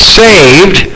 saved